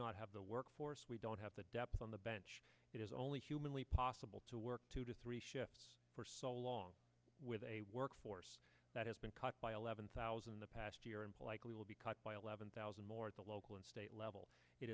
not have the workforce we don't have the depth on the bench it is only humanly possible to work two to three shifts for so long with a workforce that has been cut by eleven thousand in the past year and likely will be cut by eleven thousand more at the local and state level it